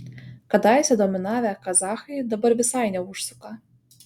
kadaise dominavę kazachai dabar visai neužsuka